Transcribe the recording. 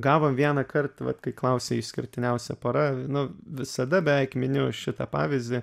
gavom vienąkart vat kai klausei išskirtiniausia pora nu visada beveik miniu šitą pavyzdį